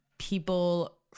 People